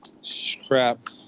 Scrap